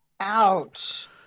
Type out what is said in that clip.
Ouch